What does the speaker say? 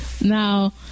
Now